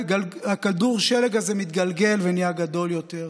וכדור השלג הזה מתגלגל ונהיה גדול יותר,